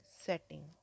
setting